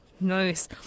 nice